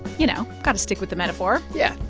you know, got to stick with the metaphor yeah,